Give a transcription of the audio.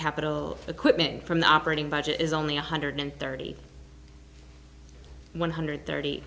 capital equipment from the operating budget is only one hundred thirty one hundred thirty